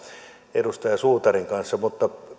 edustaja suutarin kanssa mutta